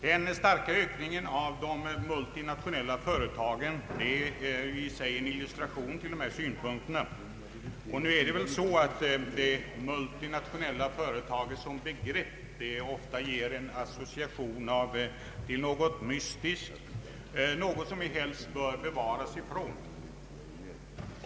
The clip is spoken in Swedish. Den starka ökningen av de multinationella företagen är i sig en illustration till nämnda synpunkter. Nu är det väl så att det multinationella företaget som begrepp ofta ger association till något mystiskt, något som vi helst bör bevaras ifrån.